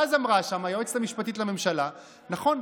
ואז אמרה שם היועצת המשפטית לממשלה: נכון,